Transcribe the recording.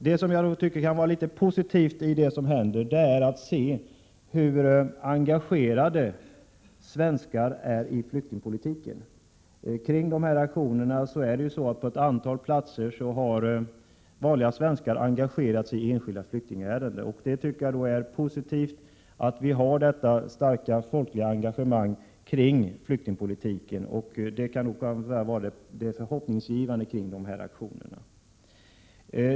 Det som jag tycker är positivt i det som händer är att svenskar är så engagerade i flyktingpolitiken. Kring de aktioner som genomförs på ett antal platser har vanliga svenskar engagerat sig i enskilda flyktingärenden. Jag tycker att det är positivt med detta starka folkliga engagemang kring flyktingpolitiken, och det kan nog sägas vara det hoppingivande i samband med de här aktionerna.